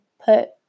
put